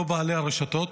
לא בעלי הרשתות